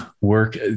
Work